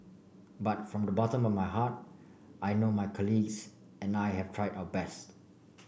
but from the bottom of my heart I know my colleagues and I have tried our best